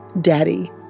Daddy